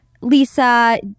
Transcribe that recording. Lisa